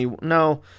no